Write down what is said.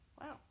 Wow